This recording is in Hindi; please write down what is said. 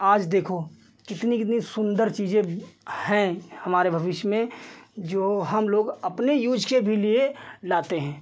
आज देखो कितनी कितनी सुन्दर चीज़ें हैं हमारे भविष्य में जो हमलोग अपने यूज़ के भी लिए लाते हैं